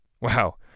Wow